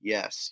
Yes